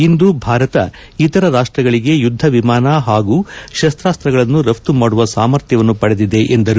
ಇಂದು ಭಾರತ ಇತರ ರಾಷ್ಟಗಳಿಗೆ ಯುಧ್ಧ ವಿಮಾನ ಹಾಗೂ ಶಸ್ತ್ರಾಸಗಳನ್ನು ರಫ್ತು ಮಾಡುವ ಸಾಮರ್ಥ್ಯವನ್ನು ಪಡೆದಿದೆ ಎಂದರು